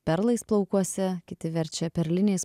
perlais plaukuose kiti verčia perliniais